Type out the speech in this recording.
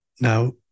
Now